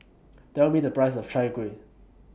Tell Me The Price of Chai Kueh